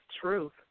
truth